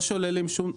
אנחנו לא שוללים.